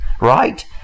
Right